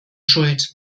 schuld